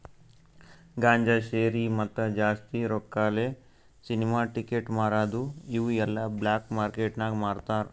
ಗಾಂಜಾ, ಶೇರಿ, ಮತ್ತ ಜಾಸ್ತಿ ರೊಕ್ಕಾಲೆ ಸಿನಿಮಾ ಟಿಕೆಟ್ ಮಾರದು ಇವು ಎಲ್ಲಾ ಬ್ಲ್ಯಾಕ್ ಮಾರ್ಕೇಟ್ ನಾಗ್ ಮಾರ್ತಾರ್